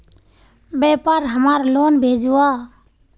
व्यापार हमार लोन भेजुआ?